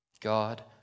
God